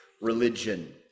religion